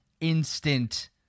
instant